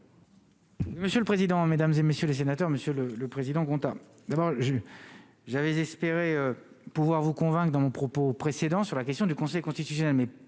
Monsieur le président, Mesdames et messieurs les sénateurs, Monsieur le Président, comptable d'abord j'ai. J'avais espéré pouvoir vous convainc dans mon propos précédent sur la question du Conseil constitutionnel